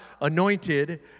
anointed